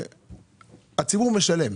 אבל הציבור משלם.